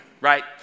right